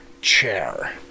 chair